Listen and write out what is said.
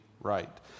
right